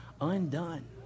undone